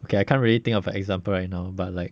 okay I can't really think of an example right now but like